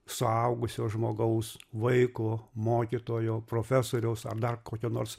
suaugusio žmogaus vaiko mokytojo profesoriaus ar dar kokio nors